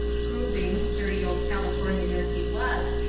proving, sturdy old californian as he was,